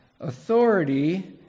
authority